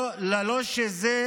ולא שזה